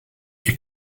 est